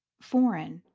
foreign,